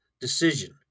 decision